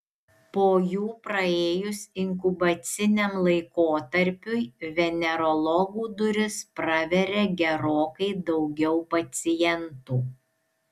po jų praėjus inkubaciniam laikotarpiui venerologų duris praveria gerokai daugiau pacientų